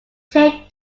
take